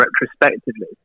retrospectively